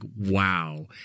wow